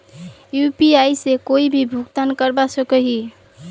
UPI से कोई भी भुगतान करवा सकोहो ही?